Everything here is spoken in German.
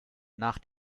nach